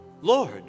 Lord